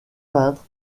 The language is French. peintre